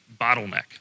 bottleneck